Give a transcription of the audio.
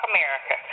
America